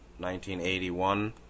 1981